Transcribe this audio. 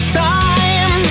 time